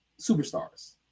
superstars